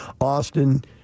Austin